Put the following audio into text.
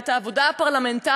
את העבודה הפרלמנטרית,